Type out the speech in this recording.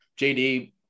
JD